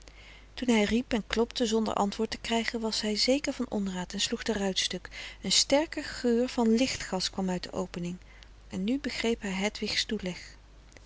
toen hij riep en klopte zonder antwoord te krijgen was hij zeker van onraad en sloeg de ruit stuk een sterke geur van lichtgas kwam uit de opening en nu begreep hij hedwigs toeleg